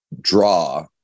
draw